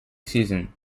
season